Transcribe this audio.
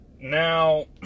Now